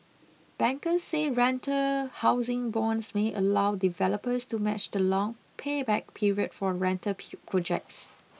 bankers say rental housing bonds may allow developers to match the long payback period for rental projects